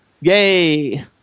Yay